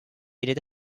unit